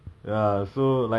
mm oh